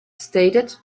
stated